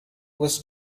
was